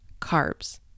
carbs